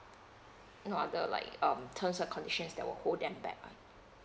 no other like um terms and conditions that will hold them back ah